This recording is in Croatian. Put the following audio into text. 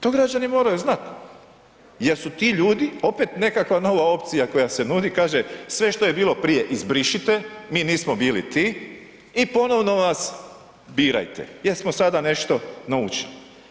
To građani moraju znati jel su ti ljudi opet nekakva nova opcija koja se nudi, kaže sve što je bilo prije izbrišite, mi nismo bili ti i ponovno nas birajte jel smo sada nešto naučili.